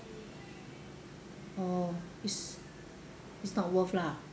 oh is it's not worth lah